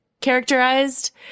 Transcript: characterized